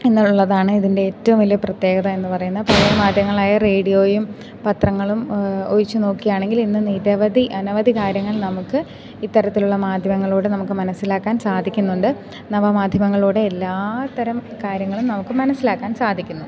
എന്നുള്ളതാണ് ഇതിൻ്റെ ഏറ്റവും വലിയ പ്രത്യേകത എന്നു പറയുന്നത് പഴയ മാധ്യങ്ങളായ റേഡിയോയും പത്രങ്ങളും ഒഴിച്ചു നോക്കിയാണെങ്കിൽ ഇന്നു നിരവധി അനവധി കാര്യങ്ങൾ നമുക്ക് ഇത്തരത്തിലുള്ള മാധ്യമങ്ങളിലൂടെ നമുക്ക് മനസ്സിലാക്കാൻ സാധിക്കുന്നുണ്ട് നവമാധ്യമങ്ങളിലൂടെ എല്ലാത്തരം കാര്യങ്ങളും നമുക്ക് മനസ്സിലാക്കാൻ സാധിക്കുന്നു